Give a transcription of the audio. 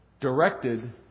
directed